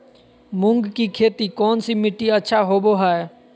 मूंग की खेती कौन सी मिट्टी अच्छा होबो हाय?